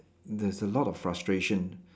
there's a lot of frustration